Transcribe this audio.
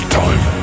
time